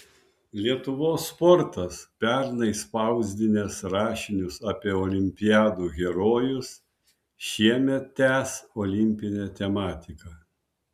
lietuvos sportas pernai spausdinęs rašinius apie olimpiadų herojus šiemet tęs olimpinę tematiką